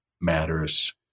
matters